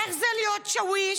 איך זה להיות שאוויש?